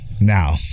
Now